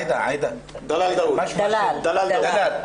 דלאל דאוד,